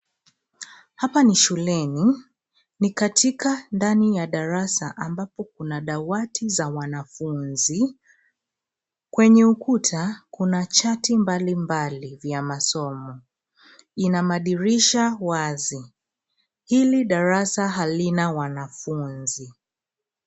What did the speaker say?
Hapa ni shuleni, katika ndani ya darasa ambapo kuna dawati za wanafunzi, kwenye ukuta, kuna chati mbalimbali vya masomo, ina madirisha wazi, hili darasa halina wanafunzi.